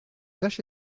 vache